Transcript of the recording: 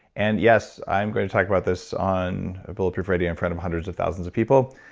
and yes, i'm going to talk about this on bulletproof radio in front of hundreds of thousands of people.